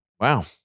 Wow